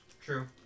True